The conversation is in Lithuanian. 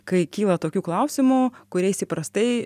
kai kyla tokių klausimų kuriais įprastai